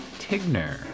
Tigner